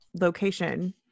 location